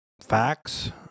facts